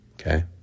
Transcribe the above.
Okay